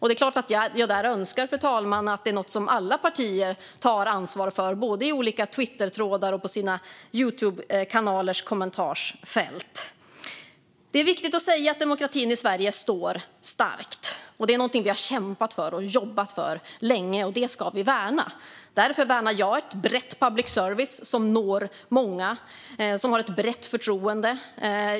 Det är klart att jag önskar, fru talman, att detta är något som alla partier tar ansvar för, både i olika Twittertrådar och på sina Youtubekanalers kommentarsfält. Det är viktigt att säga att demokratin i Sverige står stark. Det är någonting vi har kämpat för och jobbat för länge, och det ska vi värna. Därför värnar jag en bred public service som når många och som har ett brett förtroende.